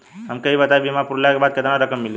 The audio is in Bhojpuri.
हमके ई बताईं बीमा पुरला के बाद केतना रकम मिली?